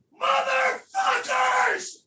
Motherfuckers